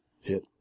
hit